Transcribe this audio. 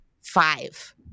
Five